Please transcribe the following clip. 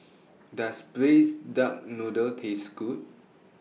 Does Braised Duck Noodle Taste Good